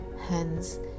Hence